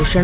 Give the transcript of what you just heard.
घोषणा